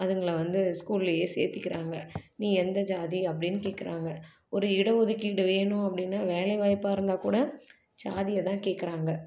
அதுங்களை வந்து ஸ்கூல்லையே சேர்த்திக்கிறாங்க நீ எந்த ஜாதி அப்படின்னு கேட்கறாங்க ஒரு இட ஒதுக்கீடு வேணும் அப்படின்னா வேலைவாய்ப்பாக இருந்தால் கூட ஜாதியை தான் கேட்கறாங்க